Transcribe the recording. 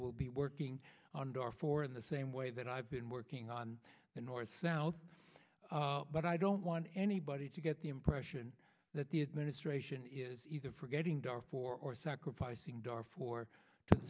will be working on door for in the same way that i've been working on the north south but i don't want anybody to get the impression that the administration is either forgetting darfur or sacrificing darfur t